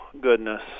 goodness